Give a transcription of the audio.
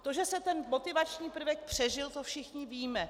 To, že se ten motivační prvek přežil, to všichni víme.